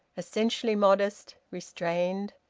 essentially modest, restrained!